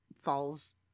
falls